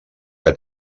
que